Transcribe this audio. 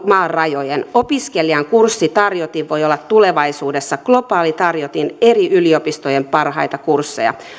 maan rajojen opiskelijan kurssitarjotin voi olla tulevaisuudessa globaalitarjotin eri yliopistojen parhaita kursseja